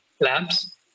Labs